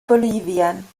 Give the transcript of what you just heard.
bolivien